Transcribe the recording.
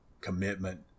commitment